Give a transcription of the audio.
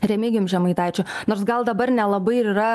remigijum žemaitaičiu nors gal dabar nelabai ir yra